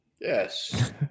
Yes